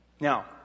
Now